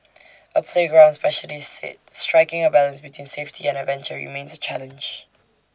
A playground specialist said striking A balance between safety and adventure remains A challenge